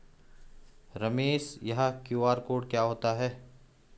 रमेश यह QR code क्या होता है?